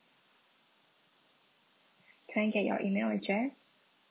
can I get your email address